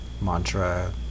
mantra